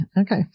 Okay